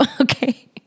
Okay